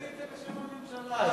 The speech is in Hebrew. הבאתי את זה בשם הממשלה אז.